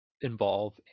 involve